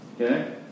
Okay